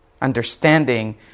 Understanding